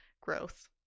growth